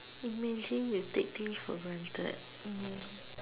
imagine you take things for granted um